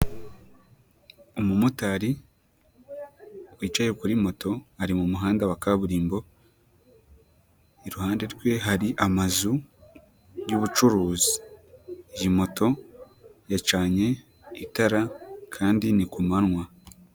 Umumotari wicaye kuri moto ari mu muhanda wa kaburimbo, iruhande rwe hari amazu y'ubucuruzi, iyi moto yacanye itara kandi ni kumanywa.